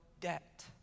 debt